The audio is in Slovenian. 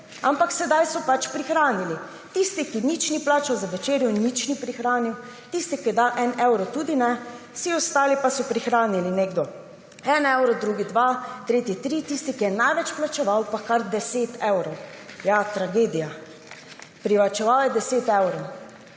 Ampak sedaj so pač prihranili. Tisti, ki ni nič plačal za večerjo, ni nič prihranil, tisti, ki je dal en evro, tudi ne, vsi ostali pa so prihranili, nekdo en evro, drugi dva, tretji tri, tisti, ki je največ plačeval, pa kar 10 evrov. Ja, tragedija. Privarčeval je 10 evrov.